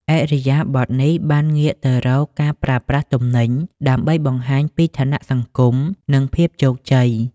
ឥរិយាបថនេះបានងាកទៅរកការប្រើប្រាស់ទំនិញដើម្បីបង្ហាញពី ឋានៈសង្គម និងភាពជោគជ័យ។